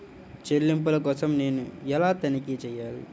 చెల్లింపుల కోసం నేను ఎలా తనిఖీ చేయాలి?